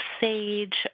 SAGE